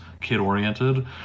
kid-oriented